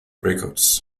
records